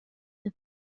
the